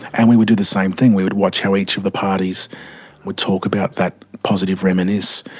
and we would do the same thing, we would watch how each of the parties would talk about that positive reminisce.